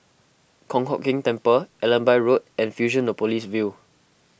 Kong Hock Keng Temple Allenby Road and Fusionopolis View